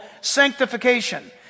sanctification